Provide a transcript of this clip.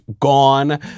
gone